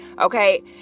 Okay